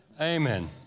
amen